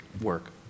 work